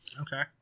okay